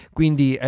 Quindi